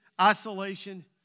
isolation